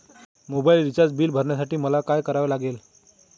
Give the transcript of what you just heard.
Mobile recharge bill भरण्यासाठी मला काय करावे लागेल?